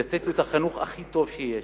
לתת לו את החינוך הכי טוב שיש.